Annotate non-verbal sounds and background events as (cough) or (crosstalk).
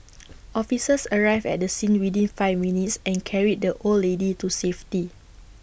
(noise) officers arrived at the scene within five minutes and carried the old lady to safety